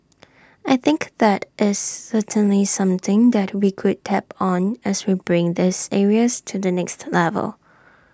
I think that is certainly something that we could tap on as we bring these areas to the next level